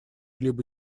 либо